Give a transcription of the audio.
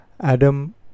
Adam